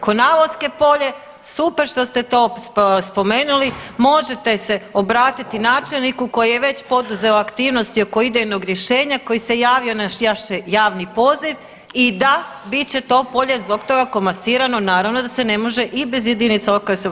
Konavosko Polje, super što ste to spomenuli, možete se obratiti načelniku koji je već poduzeo aktivnosti oko idejnog rješenja koji se javio na naš javni poziv i da bit će to polje zbog toga komasirano, naravno da se ne može i bez JLS.